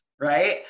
right